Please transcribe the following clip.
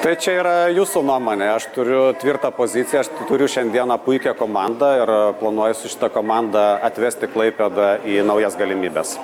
tai čia yra jūsų nuomonė aš turiu tvirtą poziciją aš turiu šiandieną puikią komandą ir planuoju su šita komanda atvesti klaipėdą į naujas galimybes